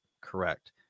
correct